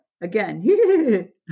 Again